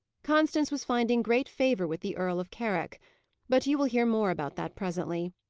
constance was finding great favour with the earl of carrick but you will hear more about that presently.